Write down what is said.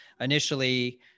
initially